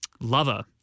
lover